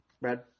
Brad